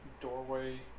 doorway